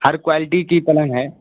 ہر quality کی پلنگ ہے